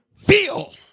Feel